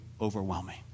Overwhelming